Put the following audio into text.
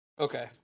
Okay